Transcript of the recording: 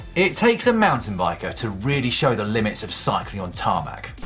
it takes a mountain biker to really show the limits of cycling on tarmac.